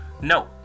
No